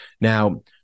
Now